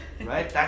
Right